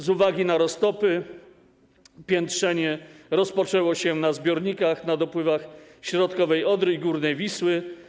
Z uwagi na roztopy piętrzenie rozpoczęło się na zbiornikach na dopływach środkowej Odry i górnej Wisły.